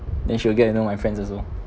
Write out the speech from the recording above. then she'll get to know my friends also